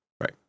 Right